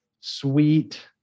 sweet